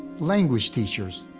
language teachers,